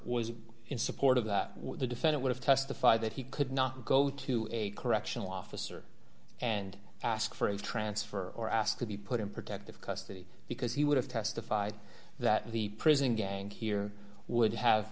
in support of the defendant would have testified that he could not go to a correctional officer and ask for a transfer or ask to be put in protective custody because he would have testified that the prison gang here would have